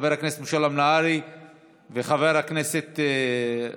חבר הכנסת משולם נהרי וחבר הכנסת פורר,